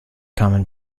common